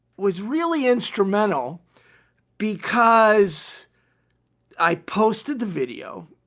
was really instrumental because i posted the video